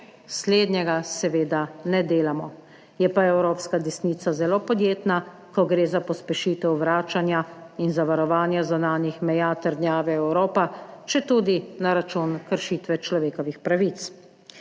Slednjega seveda ne delamo, je pa evropska desnica zelo podjetna, ko gre za pospešitev vračanja in zavarovanja zunanjih meja trdnjave Evropa, četudi na račun kršitve človekovih pravic.